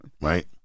right